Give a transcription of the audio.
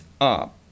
up